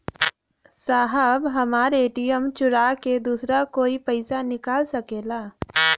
साहब हमार ए.टी.एम चूरा के दूसर कोई पैसा निकाल सकेला?